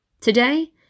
Today